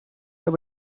dat